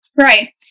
Right